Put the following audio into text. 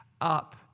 up